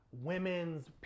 women's